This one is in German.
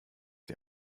die